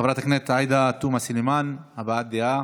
חברת הכנסת עאידה תומא סלימאן, הבעת דעה.